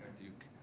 duke.